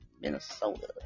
Minnesota